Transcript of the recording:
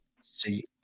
see